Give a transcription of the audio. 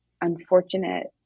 unfortunate